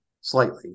slightly